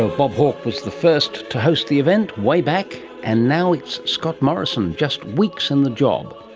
ah bob hawke was the first to host the event way back, and now it's scott morrison, just weeks in the job.